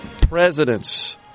presidents